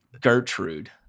Gertrude